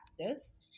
practice